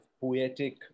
poetic